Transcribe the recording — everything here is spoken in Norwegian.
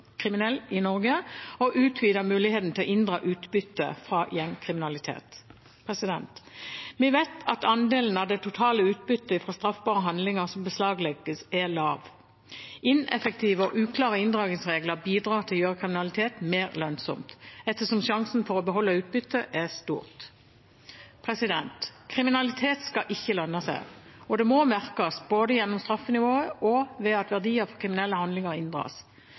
i Norge, og utvide muligheten til å inndra utbytte fra gjengkriminalitet. Vi vet at andelen av det totale utbyttet som beslaglegges etter straffbare handlinger, er lav. Ineffektive og uklare inndragningsregler bidrar til å gjøre kriminalitet mer lønnsomt ettersom sjansen for å beholde utbyttet er stor. Kriminalitet skal ikke lønne seg, og det må merkes både gjennom straffenivået og ved at verdier fra kriminelle handlinger inndras.